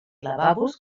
lavabos